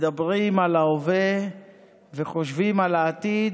מדברים על ההווה וחושבים על העתיד,